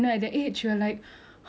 and she starts yes